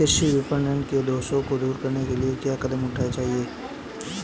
कृषि विपणन के दोषों को दूर करने के लिए क्या कदम उठाने चाहिए?